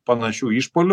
panašių išpuolių